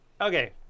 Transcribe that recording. okay